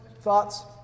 Thoughts